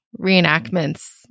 reenactments